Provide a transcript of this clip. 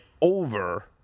over